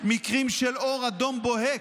במקרים של אור אדום בוהק.